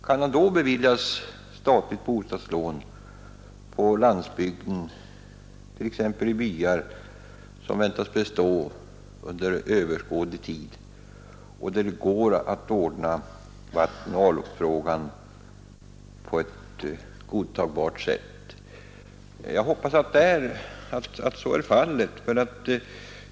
Kan han då beviljas statligt bostadslån på landsbygden, t.ex. i byar som väntas bestå under överskådlig tid och där det går att ordna vattenoch avloppsfrågan på ett godtagbart sätt? Jag hoppas att så är fallet.